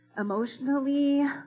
emotionally